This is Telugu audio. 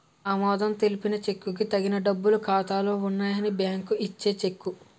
ఆమోదం తెలిపిన చెక్కుకు తగిన డబ్బులు ఖాతాలో ఉన్నాయని బ్యాంకు ఇచ్చే చెక్కు